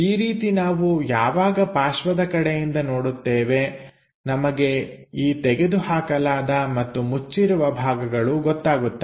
ಈ ರೀತಿ ನಾವು ಯಾವಾಗ ಪಾರ್ಶ್ವದ ಕಡೆಯಿಂದ ನೋಡುತ್ತೇವೆ ನಮಗೆ ಈ ತೆಗೆದುಹಾಕಲಾದ ಮತ್ತು ಮುಚ್ಚಿರುವ ಭಾಗಗಳು ಗೊತ್ತಾಗುತ್ತವೆ